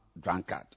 drunkard